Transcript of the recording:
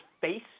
face